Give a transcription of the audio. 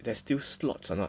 there's still slots or not